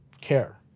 care